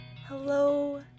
Hello